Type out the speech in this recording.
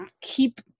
keep